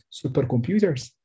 supercomputers